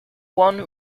one